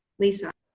lisa